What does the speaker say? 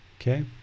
Okay